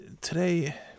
Today